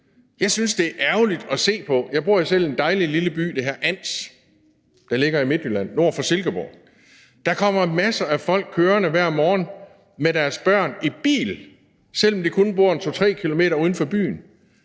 om vores skolebørn. Jeg bor jo selv i en dejlig lille by, der hedder Ans, der ligger i Midtjylland nord for Silkeborg. Der kommer masser af folk kørende hver morgen med deres børn i bil, selv om de kun bor en 2-3 km uden for byen.